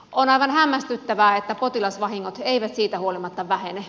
on aivan hämmästyttävää että potilasvahingot eivät siitä huolimatta vähene